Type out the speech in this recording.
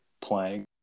playing